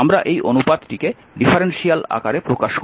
আমরা এই অনুপাতটিকে ডিফারেনশিয়াল আকারে প্রকাশ করি